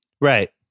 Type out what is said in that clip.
Right